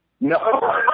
No